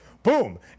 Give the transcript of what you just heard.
boom